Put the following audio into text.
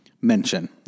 mention